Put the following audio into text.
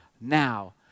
now